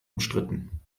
umstritten